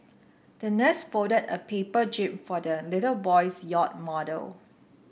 the nurse folded a paper jib for the little boy's yacht model